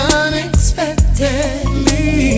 unexpectedly